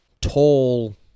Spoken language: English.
tall